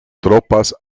tropas